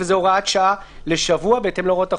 זאת הוראת שעה לשבוע בהתאם להוראות החוק,